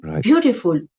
beautiful